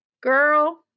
Girl